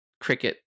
cricket